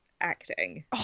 acting